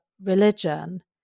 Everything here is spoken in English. religion